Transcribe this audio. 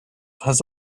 has